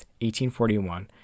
1841